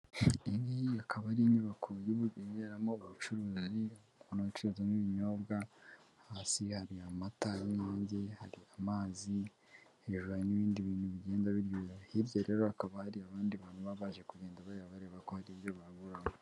Iyi akaba ari inyubako iberamo ubucuruzi, bacururizamo ibinyobwa hasi hari amata y'inyange, hari amazi hejuru hari n'ibindi bintu bigenda biryoha hirya rero hakaba hari abandi bantu baba baje kugenda bareba, bareba ko hari ibyo baguramo.